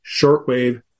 shortwave